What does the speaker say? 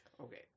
Okay